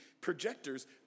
projectors